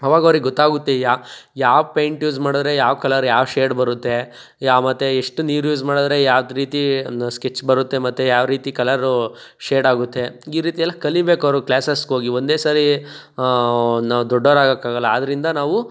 ಅವಾಗ ಅವ್ರಿಗೆ ಗೊತ್ತಾಗುತ್ತೆ ಯಾವ ಪೈಂಟ್ ಯೂಸ್ ಮಾಡಿದ್ರೆ ಯಾವ ಕಲರ್ ಯಾವ ಶೇಡ್ ಬರುತ್ತೆ ಯಾವ ಮತ್ತು ಎಷ್ಟು ನೀರು ಯೂಸ್ ಮಾಡಿದ್ರೆ ಯಾವ್ದು ರೀತಿ ಒಂದು ಸ್ಕೆಚ್ ಬರುತ್ತೆ ಮತ್ತು ಯಾವರೀತಿ ಕಲರೂ ಶೇಡಾಗುತ್ತೆ ಈ ರೀತಿ ಎಲ್ಲ ಕಲಿಬೇಕು ಅವರು ಕ್ಲಾಸಸ್ಗೋಗಿ ಒಂದು ಸರಿ ನಾವು ದೊಡ್ಡವರಾಗಕಾಗಲ್ಲ ಆದ್ರಿಂದ ನಾವು